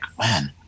man